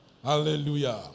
Hallelujah